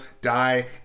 die